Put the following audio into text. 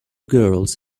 girls